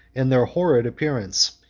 and their horrid appearance,